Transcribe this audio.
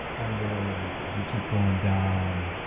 under if you keep going down.